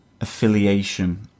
affiliation